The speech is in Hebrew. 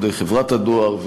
עובדי חברת הדואר,